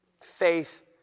Faith